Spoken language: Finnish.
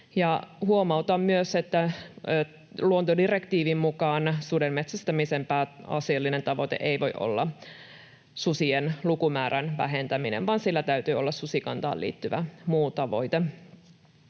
Huomautan myös, että luontodirektiivin mukaan suden metsästämisen pääasiallinen tavoite ei voi olla susien lukumäärän vähentäminen, vaan sillä täytyy olla susikantaan liittyvä muu tavoite.